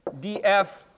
df